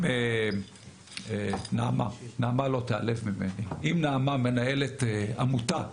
אם נעמה לא תיעלב ממני אם חברת הכנסת נעמה לזימי מנהלת עמותה,